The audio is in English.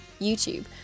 YouTube